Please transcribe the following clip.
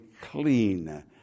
clean